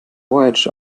voyaged